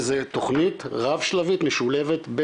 שזה תוכנית רב שלבית משולבת,